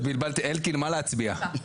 אלקין, מה להצביע?